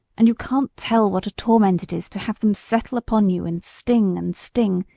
and you can't tell what a torment it is to have them settle upon you and sting and sting,